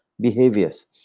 behaviors